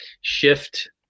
shift